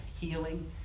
healing